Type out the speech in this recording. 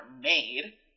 made